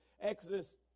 Exodus